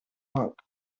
monk